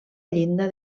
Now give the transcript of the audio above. llinda